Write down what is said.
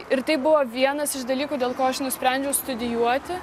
ir tai buvo vienas iš dalykų dėl ko aš nusprendžiau studijuoti